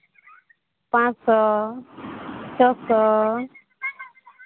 ᱯᱟᱸᱥᱥᱚ ᱪᱷᱚ ᱥᱚ